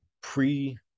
pre